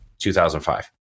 2005